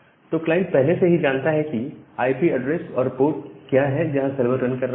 तो क्लाइंट पहले से ही यह जानता है कि आईपी एड्रेस और पोर्ट क्या है जहां सर्वर रन कर रहा है